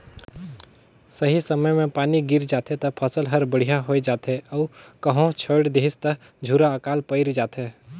सही समय मे पानी गिर जाथे त फसल हर बड़िहा होये जाथे अउ कहो छोएड़ देहिस त झूरा आकाल पइर जाथे